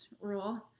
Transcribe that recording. rule